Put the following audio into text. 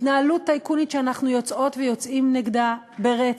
התנהלות טייקונית שאנחנו יוצאות ויוצאים נגדה ברצף,